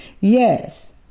Yes